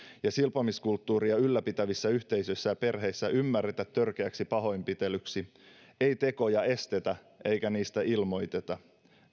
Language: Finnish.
ja silpomiskulttuuria ylläpitävissä yhteisöissä ja perheissä ymmärretä törkeäksi pahoinpitelyksi ei tekoja estetä eikä niistä ilmoiteta